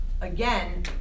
again